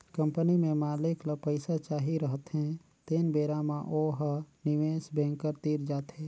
company में मालिक ल पइसा चाही रहथें तेन बेरा म ओ ह निवेस बेंकर तीर जाथे